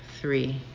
three